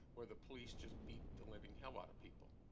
where the police just beat the living hell out of people.